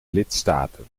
lidstaten